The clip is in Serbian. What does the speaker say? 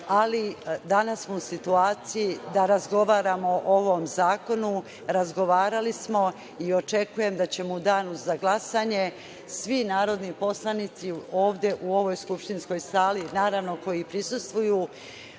ali danas smo u situaciji da razgovaramo o ovom zakonu. Razgovarali smo i očekujem da ćemo u danu za glasanje svi narodni poslanici ovde, u ovoj skupštinskoj sali, naravno, koji prisustvuju,